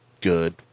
good